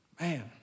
Man